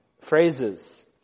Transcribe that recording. phrases